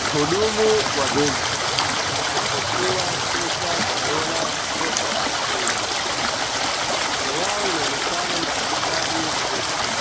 Mhudumu wa benki anapokea pesa za dola kutoka kwa mteja mikono yao inaonekana ikihesabu pesa,